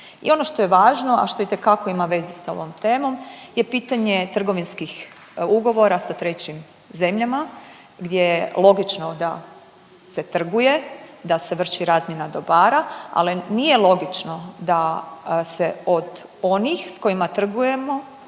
I ono što je važno, a što itekako ima veze s ovom temom je pitanje trgovinskih ugovora sa trećim zemljama gdje je logično da se trguje, da se vrši razmjena dobara, ali nije logično da se od oni s kojima trgujemo